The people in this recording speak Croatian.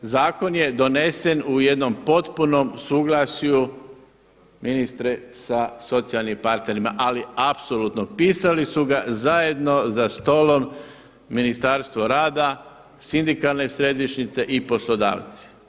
Zakon je donesen u jednom potpuno suglasju ministre sa socijalnim partnerima, ali apsolutno, pisali su ga zajedno za stolom Ministarstvo rada, sindikalne središnjice i poslodavci.